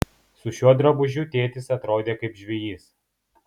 su šiuo drabužiu tėtis atrodė kaip žvejys